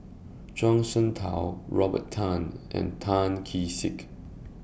Zhuang Shengtao Robert Tan and Tan Kee Sek